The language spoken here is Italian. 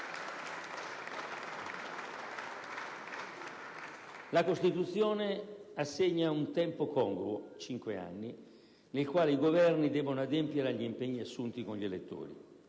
La Costituzione assegna un tempo congruo - cinque anni - nel quale i Governi devono adempiere agli impegni assunti con gli elettori,